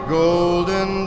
golden